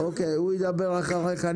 הוא ידבר אחריך.